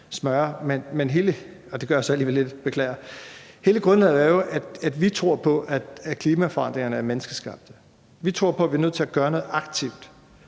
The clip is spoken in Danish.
det gør jeg så alligevel lidt, beklager. Hele grundlaget er jo, at vi tror på, at klimaforandringerne er menneskeskabte. Vi tror på, at vi er nødt til at gøre noget aktivt